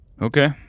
Okay